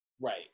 Right